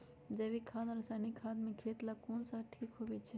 जैविक खाद और रासायनिक खाद में खेत ला कौन खाद ठीक होवैछे?